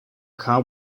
car